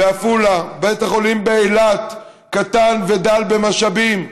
בית החולים באילת קטן ודל במשאבים,